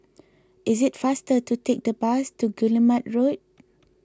is it faster to take the bus to Guillemard Road